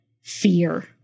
fear